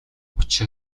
учир